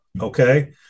okay